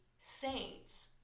Saints